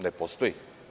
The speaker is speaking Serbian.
Ne postoji.